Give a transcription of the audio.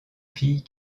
filles